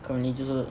currently 就是